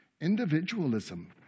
Individualism